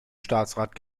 staatsrat